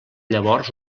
llavors